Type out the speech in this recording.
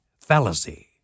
Fallacy